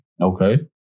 okay